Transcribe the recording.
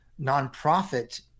nonprofit